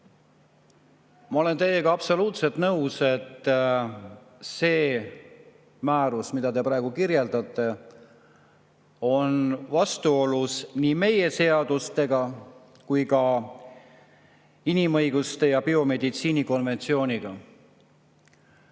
Ma olen teiega absoluutselt nõus, et see määrus, mida te praegu kirjeldate, on vastuolus nii meie seadustega kui ka inimõiguste ja biomeditsiini konventsiooniga.